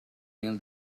mil